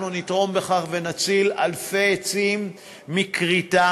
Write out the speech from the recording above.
אנחנו נתרום בכך ונציל אלפי עצים מכריתה.